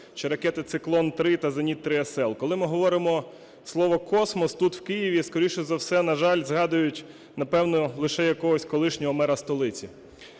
чи ракети "Циклон-3" та "Зеніт-3SL". Коли ми говоримо слово космос тут, у Києві, скоріше за все, на жаль, згадують напевне лише якогось колишнього мера столиці.